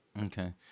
Okay